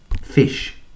fish